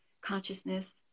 consciousness